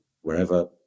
wherever